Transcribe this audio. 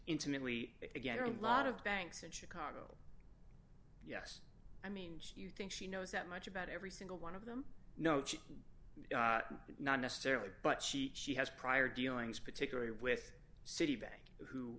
intimately together a lot of banks in chicago yes i mean she you think she knows that much about every single one of them no not necessarily but she she has prior dealings particularly with citibank who